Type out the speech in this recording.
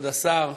כבוד השר,